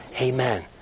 Amen